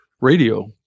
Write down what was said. radio